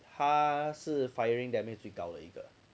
他是 firing damage 最高的一个